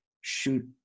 shoot